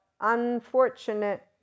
unfortunate